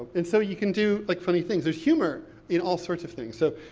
and so you can do, like, funny things. there's humor in all sorts of things. so,